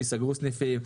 ייסגרו סניפים?